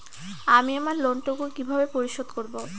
আমি আমার লোন টুকু কিভাবে পরিশোধ করব?